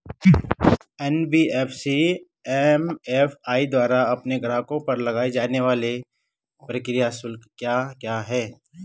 NBFC MFI द्वारा अपने ग्राहकों पर लगाए जाने वाले प्रक्रिया शुल्क क्या क्या हैं?